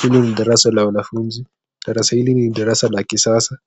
Hili ni darasa la wanafunzi, darasa hili ni darasa la kisasa,